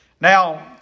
Now